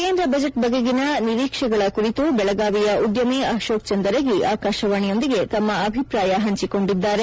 ಕೇಂದ್ರ ಬಜೆಟ್ ಬಗೆಗಿನ ನಿರೀಕ್ಷೆಗಳ ಕುರಿತು ಬೆಳಗಾವಿಯ ಉದ್ಯಮಿ ಅಶೋಕ್ ಚಂದರಗಿ ಆಕಾಶವಾಣಿಯೊಂದಿಗೆ ತಮ್ಮ ಅಭಿಪ್ರಾಯ ಪಂಚಿಕೊಂಡಿದ್ದಾರೆ